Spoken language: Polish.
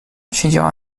siedziała